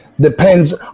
depends